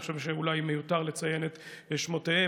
אני חושב שאולי מיותר לציין את שמותיהם.